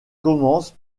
commence